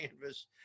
canvas